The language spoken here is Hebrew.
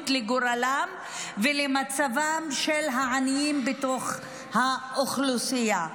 לגורלם ולמצבם של העניים בתוך האוכלוסייה.